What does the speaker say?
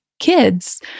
kids